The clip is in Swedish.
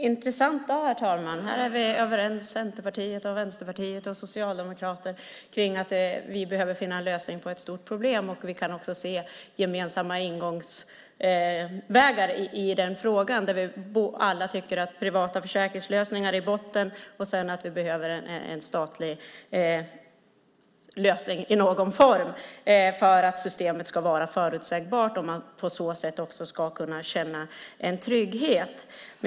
Herr talman! Det är en intressant dag. Här är Centerpartiet, Vänsterpartiet och Socialdemokraterna överens om att vi behöver finns en lösning på ett stort problem. Vi kan också se gemensamma ingångsvägar i frågan. Vi tycker alla att privata försäkringslösningar är botten och att det behövs en statlig lösning i någon form för att systemet ska vara förutsägbart och på så sätt vara tryggt.